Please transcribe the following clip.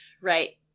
Right